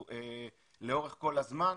לאורך כל הזמן.